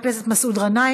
חברת הכנסת חנין זועבי,